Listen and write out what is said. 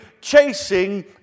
chasing